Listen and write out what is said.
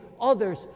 others